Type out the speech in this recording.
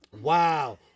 Wow